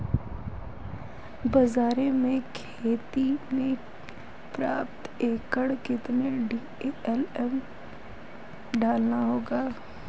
बाजरे की खेती में प्रति एकड़ कितनी डी.ए.पी डालनी होगी?